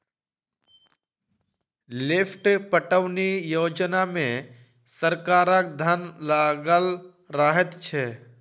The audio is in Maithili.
लिफ्ट पटौनी योजना मे सरकारक धन लागल रहैत छै